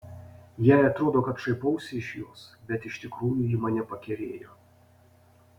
jai atrodo kad šaipausi iš jos bet iš tikrųjų ji mane pakerėjo